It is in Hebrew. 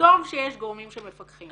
שטוב שיש גורמים שמפקחים.